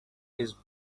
his